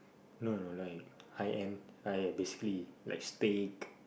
no no no like high end high basically like steak